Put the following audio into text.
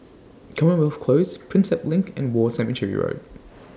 Commonwealth Close Prinsep LINK and War Cemetery Road